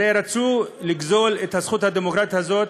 הרי רצו לגזול את הזכות הדמוקרטית הזאת